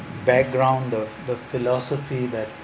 background the the philosophy that